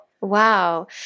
Wow